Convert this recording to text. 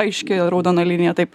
aiški raudona linija taip